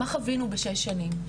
מה חווינו בשש שנים?